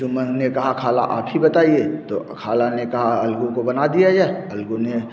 जुम्मन ने कहा ख़ाला आप ही बताइए तो ख़ाला ने कहा अलगु को बना दिया जाए अलगु ने